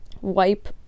wipe